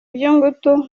by’ingutu